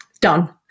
Done